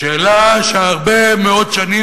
שאלה שהרבה מאוד שנים,